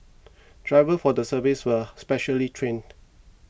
drivers for the service are specially trained